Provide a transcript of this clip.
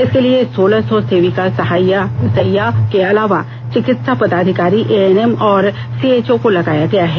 इसके लिए सोलह सौ सेविका सहिया के अलावा चिकित्सा पदाधिकारी एएनएम और सीएचओ को लगाया गया है